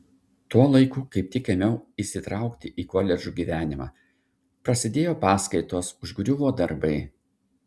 tuo laiku kaip tik ėmiau įsitraukti į koledžo gyvenimą prasidėjo paskaitos užgriuvo darbai